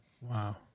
Wow